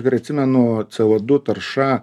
gerai atsimenu co du tarša